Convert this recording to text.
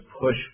push